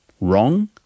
Wrong